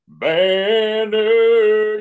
banner